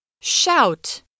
Shout